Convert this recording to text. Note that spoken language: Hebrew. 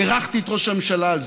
בירכתי את ראש הממשלה על זה.